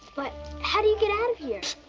but how do you get out of here?